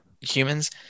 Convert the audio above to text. humans